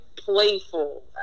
Playful